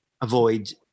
avoid